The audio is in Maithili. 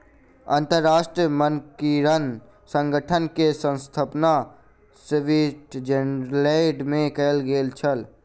अंतरराष्ट्रीय मानकीकरण संगठन के स्थापना स्विट्ज़रलैंड में कयल गेल छल